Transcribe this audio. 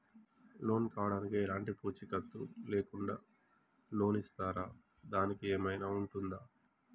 Loan కావడానికి ఎలాంటి పూచీకత్తు లేకుండా లోన్ ఇస్తారా దానికి ఏమైనా ఉంటుందా?